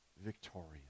victorious